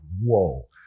whoa